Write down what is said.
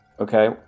Okay